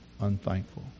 unthankful